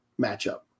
matchup